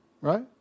right